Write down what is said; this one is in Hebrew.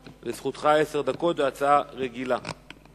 לרשותך עשר דקות, ההצעה היא רגילה.